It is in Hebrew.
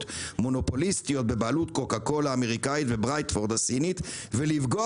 מונופוליסטיות בבעלות קוקה קולה האמריקאית ובריידפורד הסינית ולפגוע